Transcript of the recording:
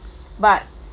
but